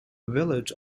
village